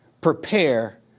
prepare